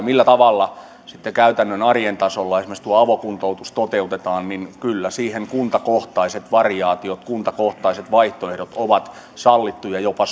millä tavalla sitten käytännön arjen tasolla esimerkiksi tuo avokuntoutus toteutetaan kyllä kuntakohtaiset variaatiot kuntakohtaiset vaihtoehdot ovat sallittuja ja jopa